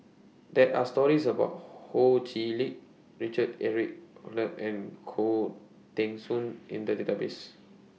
There Are stories about Ho Chee Lick Richard Eric Holttum and Khoo Teng Soon in The Database